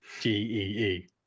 G-E-E